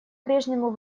прежнему